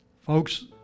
Folks